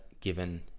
given